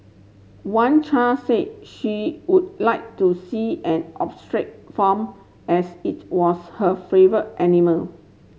one child said she would like to see an farm as it was her favour animal